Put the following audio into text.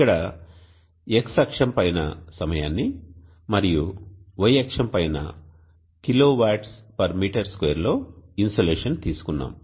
ఇక్కడ X అక్షం పైన సమయాన్ని మరియు Y అక్షం పైన kWm2 లో ఇన్సోలేషన్ తీసుకున్నాం